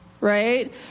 right